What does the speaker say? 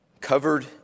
Covered